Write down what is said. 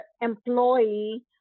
employee